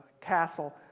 castle